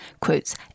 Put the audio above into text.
quotes